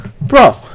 Bro